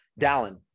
Dallin